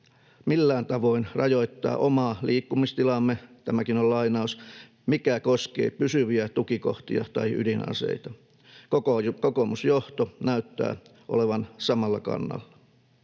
millään tavoin rajoittaa omaa liikkumistilaamme” — tämäkin on lainaus — ”mikä koskee pysyviä tukikohtia tai ydinaseita.” Kokoomusjohto näyttää olevan samalla kannalla.